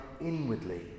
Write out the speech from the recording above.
inwardly